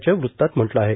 च्या वृत्तात म्हटलं आहे